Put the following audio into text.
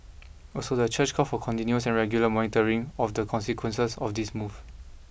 also the church called for continuous and regular monitoring of the consequences of this move